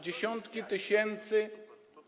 Dziesiątki tysięcy.